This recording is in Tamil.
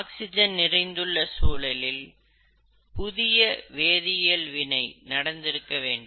ஆக்சிஜன் நிறைந்துள்ள சூழலில் புதிய வேதியியல் வினை நடந்திருக்க வேண்டும்